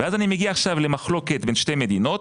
אני מגיע עכשיו למחלוקת בין שתי מדינות,